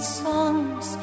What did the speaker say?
songs